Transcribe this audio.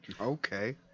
Okay